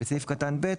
בסעיף קטן (ב)